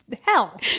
hell